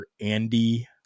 Andy